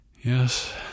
Yes